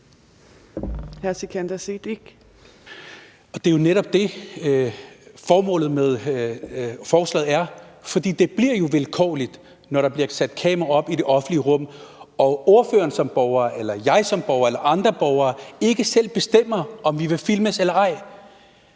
Sikandar Siddique (ALT): Det er jo netop det, formålet med forslaget er. For det bliver jo vilkårligt, når der bliver sat kameraer op i det offentlige rum, og når ordføreren som borger eller jeg som borger eller andre borgere ikke selv bestemmer, om vi vil filmes eller ej.